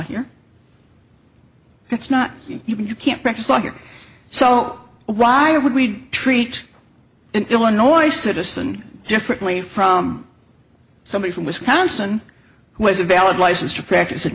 here that's not you can't practice law here so why would we treat an illinois citizen differently from somebody from wisconsin who has a valid license to practice in